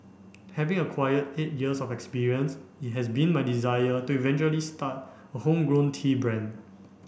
having acquired eight years of experience it has been my desire to eventually start a homegrown tea brand